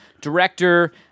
director